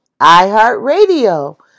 iHeartRadio